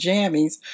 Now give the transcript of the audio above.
Jammies